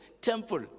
temple